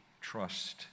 trust